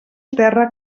terra